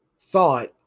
thought